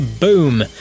boom